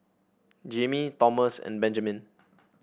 Jammie Thomas and Benjamen